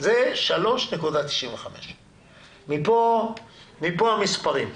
שזה 3.95. מפה המספרים.